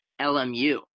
LMU